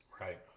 right